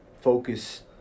focus